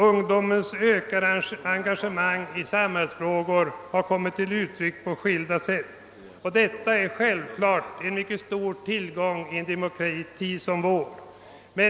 Ungdomens ökade engagemang i samhällsfrågor har kommit till uttryck på skilda sätt. Detta är självfallet en mycket stor tillgång i en demokrati som vår.